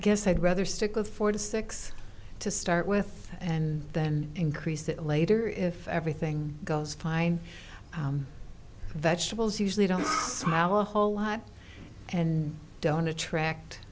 guess i'd rather stick with four to six to start with and then increase it later if everything goes fine vegetables usually don't smile a whole lot and don't attract